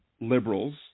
liberals